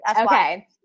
okay